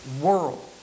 world